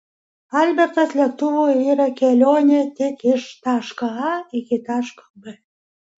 albertas lėktuvu yra kelionė tik iš taško a iki taško b